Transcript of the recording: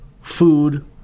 food